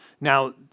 Now